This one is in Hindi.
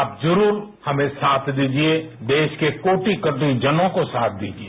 आप जरूर हमें साथ दीजिए देश के कोटि कोटि जनों को साथ दीजिए